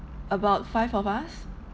about five of us